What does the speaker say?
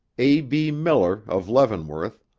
a. b. miller of leavenworth,